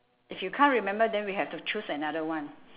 if you can't remember then we have to choose another one